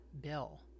bill